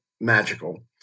magical